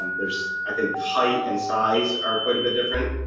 there's i think height and size are quite a bit different,